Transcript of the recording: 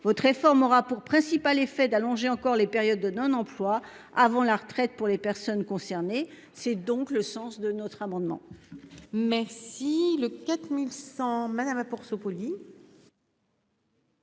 votre réforme aura pour principal effet d'allonger encore les périodes de non-emploi avant la retraite pour les personnes concernées. C'est donc le sens de notre amendement. Merci.